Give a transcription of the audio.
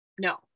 no